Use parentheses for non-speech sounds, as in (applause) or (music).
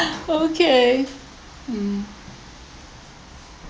(laughs) okay mm